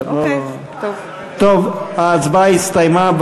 טוב, ההצבעה הסתיימה.